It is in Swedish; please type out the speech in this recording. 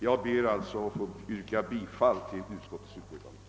Jag ber att få yrka bifall till utskottets hemställan.